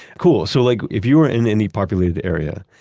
cool. so like if you were in any populated area,